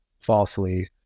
falsely